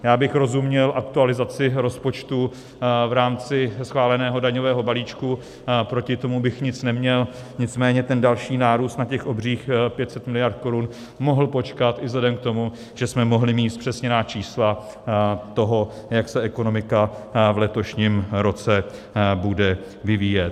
Já bych rozuměl aktualizaci rozpočtu v rámci schváleného daňového balíčku, proti tomu bych nic neměl, nicméně ten další nárůst na těch obřích 500 miliard korun mohl počkat i vzhledem k tomu, že jsme mohli mít zpřesněná čísla toho, jak se ekonomika v letošním roce bude vyvíjet.